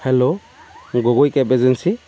hello Gogoi cab agency